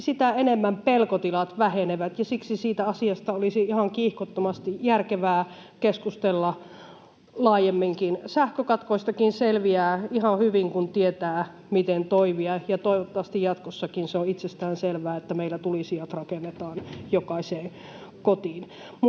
sitä enemmän pelkotilat vähenevät, ja siksi siitä asiasta olisi järkevää ihan kiihkottomasti keskustella laajemminkin. Sähkökatkoistakin selviää ihan hyvin, kun tietää, miten toimia, ja toivottavasti jatkossakin on itsestään selvää, että meillä tulisijat rakennetaan jokaiseen kotiin.